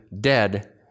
dead